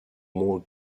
more